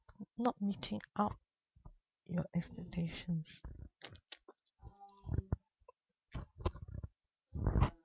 not meeting out your expectations